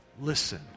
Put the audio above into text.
listen